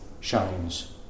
shines